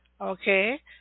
Okay